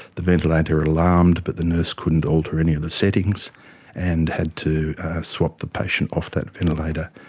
the ventilator alarmed but the nurse couldn't alter any of the settings and had to swap the patient off that ventilator,